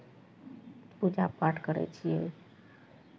पूजा पाठ करै छियै